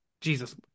Jesus